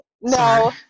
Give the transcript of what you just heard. no